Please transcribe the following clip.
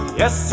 yes